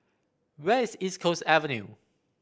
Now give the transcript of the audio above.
where is East Coast Avenue